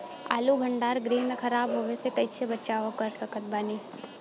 आलू भंडार गृह में खराब होवे से कइसे बचाव कर सकत बानी?